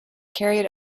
carried